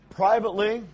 privately